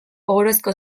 ohorezko